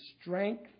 strength